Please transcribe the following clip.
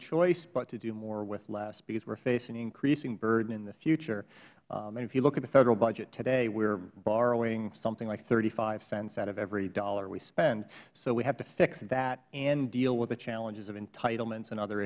choice but to do more with less because we are facing an increasing burden in the future and if you look at the federal budget today we are borrowing something like thirty five cents out of every dollar we spend so we have to fix that and deal with the challenges of entitlements and other